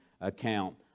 account